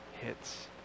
hits